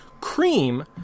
cream